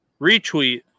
retweet